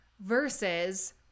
versus